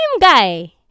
guy